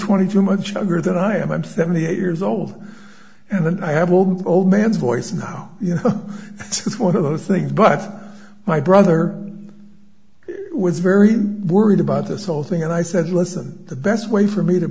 twenty two much younger than i am i'm seventy eight years old and i have all the old man's voice now you know it's one of those things but my brother was very worried about this whole thing and i said listen the best way for me to